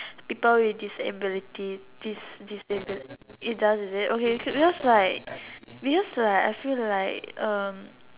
people with disabilities dis~ disability it does is it okay because like because like I feel like